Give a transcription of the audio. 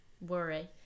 worry